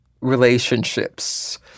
relationships